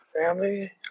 family